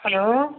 hello